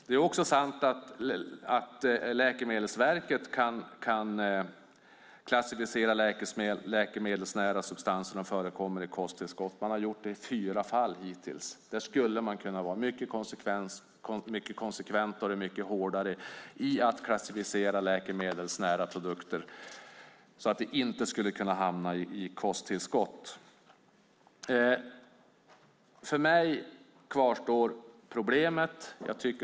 Det är också sant att Läkemedelsverket kan klassificera läkemedelsnära substanser som förekommer i kosttillskott. Man har gjort det i fyra fall hittills. Där skulle man kunna vara mycket konsekventare och hårdare i att klassificera läkemedelsnära produkter så att de inte kan hamna i kosttillskott. För mig kvarstår problemet.